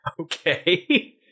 Okay